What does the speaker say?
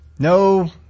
No